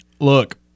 Look